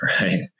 right